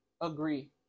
agree